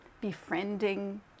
befriending